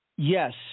Yes